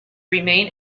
remain